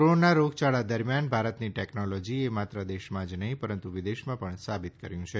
corona રોગચાળા દરમિયાન ભારતની ટેકનોલોજી એ માત્ર દેશમાં જ નહીં પરંતુ વિદેશમાં પણ સાબિત કર્યું છે